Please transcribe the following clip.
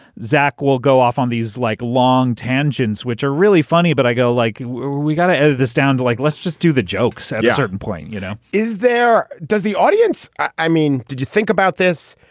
zach will go off on these like long tangents which are really funny but i go like we've got to edit this down to like let's just do the jokes at a certain point you know is there does the audience i mean did you think about this.